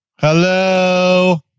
Hello